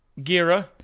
Gira